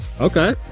Okay